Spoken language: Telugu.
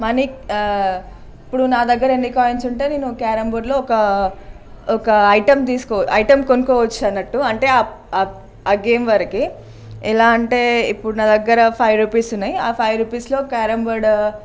మనీ ఇప్పుడు నా దగ్గర ఎన్ని కాయిన్స్ ఉంటే నేను క్యారమ్ బోర్డ్లో ఒక ఒక ఐటమ్ తీసుకోవచ్చు ఐటమ్ కొనుకోవచ్చు అన్నట్టు అంటే ఆ గేమ్ వరకు ఎలా అంటే ఇప్పుడు నా దగ్గర ఒక ఫైవ్ రూపీస్ ఉన్నాయి ఆ ఫైవ్ రూపీస్లో క్యారమ్ బోర్డు